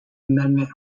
amendment